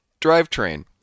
drivetrain